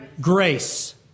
Grace